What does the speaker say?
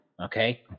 okay